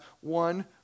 one